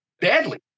badly